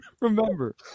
Remember